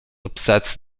upsets